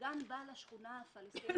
הערה שנייה, הצעת החוק מדברת,